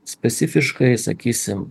specifiškai sakysime